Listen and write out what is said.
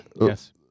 Yes